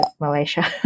Malaysia